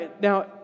now